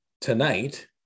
tonight